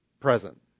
present